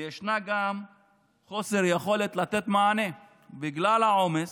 וישנו גם חוסר יכולת לתת מענה בגלל העומס.